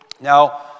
Now